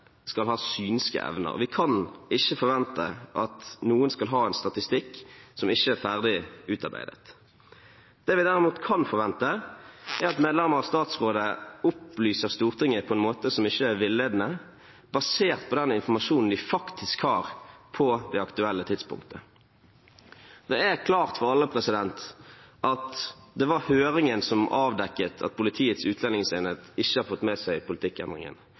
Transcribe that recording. skal ha synske evner. Vi kan ikke forvente at noen skal ha en statistikk som ikke er ferdig utarbeidet. Det vi derimot kan forvente, er at medlemmer av statsrådet opplyser Stortinget på en måte som ikke er villedende, basert på den informasjonen de faktisk har på det aktuelle tidspunktet. Det er klart for alle at det var høringen som avdekket at Politiets utlendingsenhet ikke har fått med seg politikkendringen,